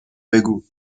بگو